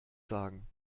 sagen